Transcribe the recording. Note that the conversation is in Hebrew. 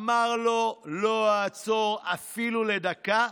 אמר לו: לא אעצור אפילו לדקה,